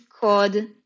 code